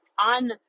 on